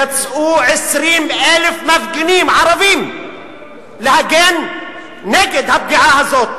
יצאו 20,000 מפגינים ערבים להגן נגד הפגיעה הזאת